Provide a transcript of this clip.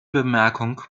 bemerkung